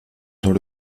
dans